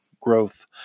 Growth